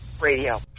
radio